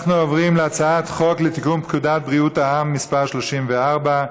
אנחנו עוברים להצעת חוק לתיקון פקודת בריאות העם (מס' 34)